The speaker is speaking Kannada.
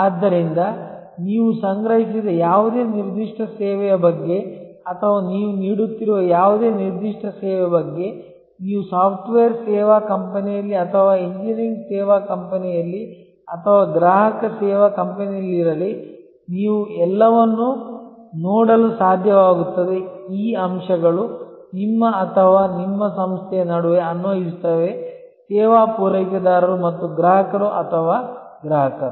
ಆದ್ದರಿಂದ ನೀವು ಸಂಗ್ರಹಿಸಿದ ಯಾವುದೇ ನಿರ್ದಿಷ್ಟ ಸೇವೆಯ ಬಗ್ಗೆ ಅಥವಾ ನೀವು ನೀಡುತ್ತಿರುವ ಯಾವುದೇ ನಿರ್ದಿಷ್ಟ ಸೇವೆಯ ಬಗ್ಗೆ ನೀವು ಸಾಫ್ಟ್ವೇರ್ ಸೇವಾ ಕಂಪನಿಯಲ್ಲಿ ಅಥವಾ ಎಂಜಿನಿಯರಿಂಗ್ ಸೇವಾ ಕಂಪನಿಯಲ್ಲಿ ಅಥವಾ ಗ್ರಾಹಕ ಸೇವಾ ಕಂಪನಿಯಲ್ಲಿರಲಿ ನೀವು ಎಲ್ಲವನ್ನೂ ನೋಡಲು ಸಾಧ್ಯವಾಗುತ್ತದೆ ಈ ಅಂಶಗಳು ನಿಮ್ಮ ಅಥವಾ ನಿಮ್ಮ ಸಂಸ್ಥೆಯ ನಡುವೆ ಅನ್ವಯಿಸುತ್ತವೆ ಸೇವಾ ಪೂರೈಕೆದಾರರು ಮತ್ತು ಗ್ರಾಹಕರು ಅಥವಾ ಗ್ರಾಹಕರು